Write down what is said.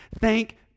Thank